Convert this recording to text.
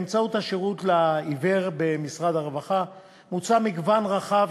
באמצעות השירות לעיוור במשרד הרווחה מוצע מגוון רחב